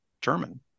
German